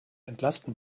entlasten